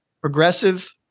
progressive